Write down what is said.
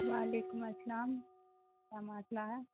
وعلیکم السلام کیا مسئلہ ہے